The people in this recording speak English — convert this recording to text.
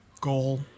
goal